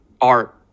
art